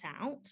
out